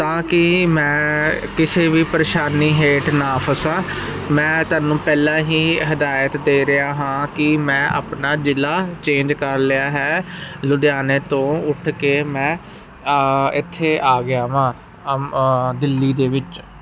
ਤਾਂ ਕਿ ਮੈਂ ਕਿਸੇ ਵੀ ਪਰੇਸ਼ਾਨੀ ਹੇਠ ਨਾ ਫਸਾ ਮੈਂ ਤੁਹਾਨੂੰ ਪਹਿਲਾਂ ਹੀ ਹਦਾਇਤ ਦੇ ਰਿਹਾ ਹਾਂ ਕਿ ਮੈਂ ਆਪਣਾ ਜਿਲਾ ਚੇਂਜ ਕਰ ਲਿਆ ਹੈ ਲੁਧਿਆਣੇ ਤੋਂ ਉੱਠ ਕੇ ਮੈਂ ਇੱਥੇ ਆ ਗਿਆ ਵਾਂ ਆਹ ਦਿੱਲੀ ਦੇ ਵਿੱਚ